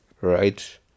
right